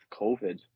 COVID